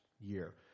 Year